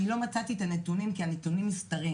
אני לא מצאתי את הנתונים כי הנתונים נסתרים